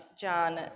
John